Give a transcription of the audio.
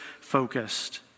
focused